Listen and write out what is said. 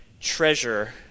treasure